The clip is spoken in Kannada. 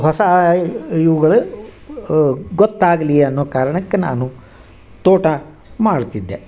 ಹೊಸ ಇವ್ಗಳು ಗೊತ್ತಾಗಲಿ ಅನ್ನೊ ಕಾರಣಕ್ಕೆ ನಾನು ತೋಟ ಮಾಡ್ತಿದ್ದೆ